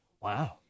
wow